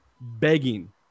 begging